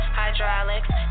hydraulics